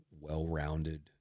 well-rounded